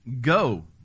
go